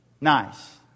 Nice